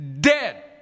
dead